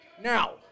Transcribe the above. Now